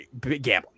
gambling